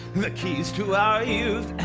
the keys to our youth